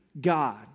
God